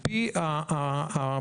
ואין אב וגם אין משפחה של האב.